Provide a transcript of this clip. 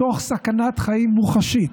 תוך סכנת חיים מוחשית,